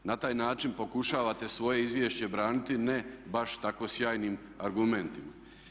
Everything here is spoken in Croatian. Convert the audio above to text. Na taj način pokušavate svoje izvješće braniti ne baš tako sjajnim argumentima.